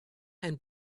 and